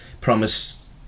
promise